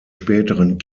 späteren